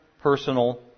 personal